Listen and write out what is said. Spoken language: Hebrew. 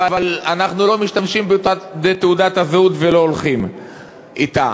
אבל אנחנו לא משתמשים בתעודת הזהות ולא הולכים אתה.